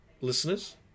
listeners